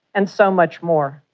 and so much more.